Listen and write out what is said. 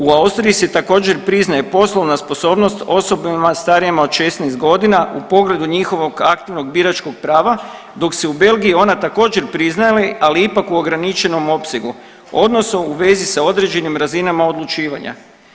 U Austriji se također, priznaje poslovna sposobnost osobama starijima od 16 godina u pogledu njihovog aktivnog biračkog prava, dok se u Belgiji ona također, priznaje, ali ipak u ograničenom opsegu, odnosno u vezi sa određenim razinama odlučivanja.